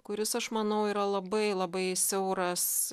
kuris aš manau yra labai labai siauras